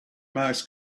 mouse